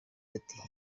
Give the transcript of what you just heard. ati